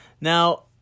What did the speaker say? Now